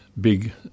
big